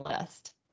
List